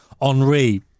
Henri